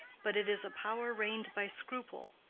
but it is a power reined by scruple,